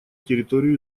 территорию